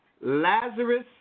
Lazarus